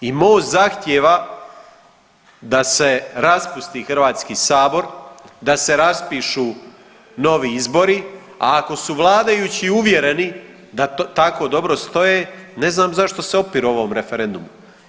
I MOST zahtijeva da se raspusti Hrvatski sabor, da se raspišu novi izbori, a ako su vladajući uvjereni da tako dobro stoje ne znam zašto se opiru ovom referendumu.